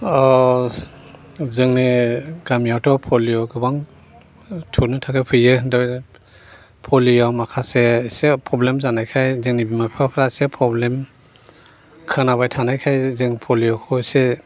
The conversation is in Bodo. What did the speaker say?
अ जोंनि गामियावथ' पलिय' गोबां दौनो थाखाय फैयो दा बेबादिनो पलिय' आ माखासे एसे प्रब्लेम जानायखाय जोंनि बिमा बिफाफ्रा एसे प्रब्लेम खोनाबाय थानायखाय जों पलिय'खौ एसे